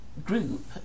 group